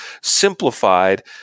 simplified